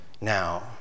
Now